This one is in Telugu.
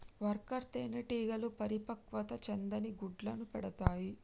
వర్కర్ తేనెటీగలు పరిపక్వత చెందని గుడ్లను పెడతాయి